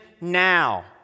now